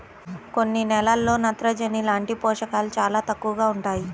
కొన్ని నేలల్లో నత్రజని లాంటి పోషకాలు చాలా తక్కువగా ఉంటాయి